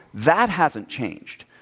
that hasn't changed.